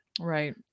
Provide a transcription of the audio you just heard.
Right